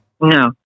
No